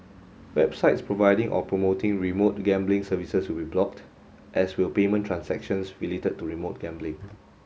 websites providing or promoting remote gambling services will blocked as will payment transactions related to remote gambling